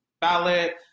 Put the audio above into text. ballot